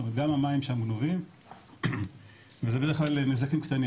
זאת אומרת גם המים שם גנובים וזה בדרך כלל נזקים קטנים